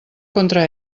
contra